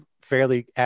fairly